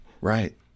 Right